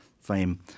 fame